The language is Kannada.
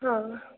ಹಾಂ